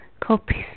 copies